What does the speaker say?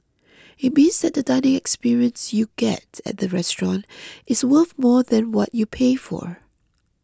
it means that the dining experience you get at the restaurant is worth more than what you pay for